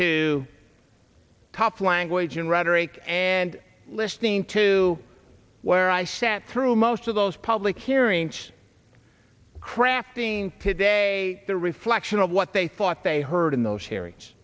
to cough language and rhetoric and listening to where i sat through most of those public hearings crafting today the reflection of what they thought they heard in those hearings